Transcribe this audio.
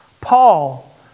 Paul